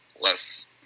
less